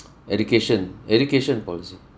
education education policy